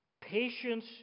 Patience